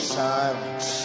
silence